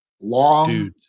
long